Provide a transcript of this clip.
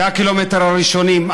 2 הקילומטרים הראשונים,